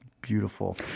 beautiful